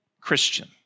Christian